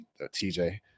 TJ